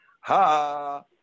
Ha